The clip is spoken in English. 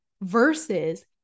versus